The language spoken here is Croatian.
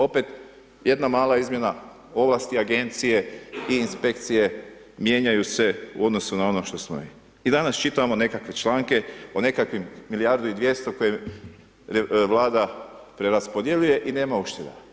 Opet jedna mala izmjena ovlasti agencije i inspekcije, mijenjaju se u odnosu na ono što smo … I danas čitamo nekakve članke o nekakvim milijardu i 200 koje vlada preraspodjeljuje i nema ušteda.